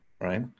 right